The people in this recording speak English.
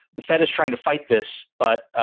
the fed is trying to fight this. but.